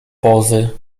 pozy